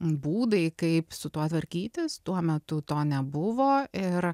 būdai kaip su tuo tvarkytis tuo metu to nebuvo ir